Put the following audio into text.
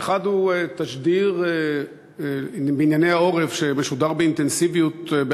האחד הוא תשדיר בענייני העורף שמשודר באינטנסיביות,